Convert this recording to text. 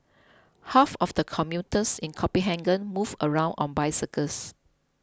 half of the commuters in Copenhagen move around on bicycles